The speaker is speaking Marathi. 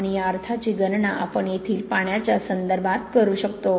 आणि या अर्थाची गणना आपण येथील पाण्याच्या संदर्भात करू शकतो